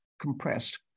compressed